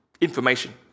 Information